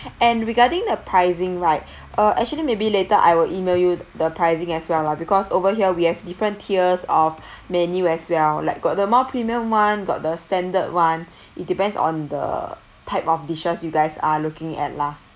and regarding the pricing right uh actually maybe later I will email you the pricing as well lah because over here we have different tiers of menu as well like got the more premium [one] got the standard [one] it depends on the type of dishes you guys are looking at lah